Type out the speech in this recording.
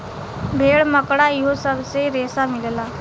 भेड़, मकड़ा इहो सब से रेसा मिलेला